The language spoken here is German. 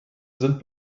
sind